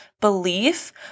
belief